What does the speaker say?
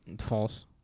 False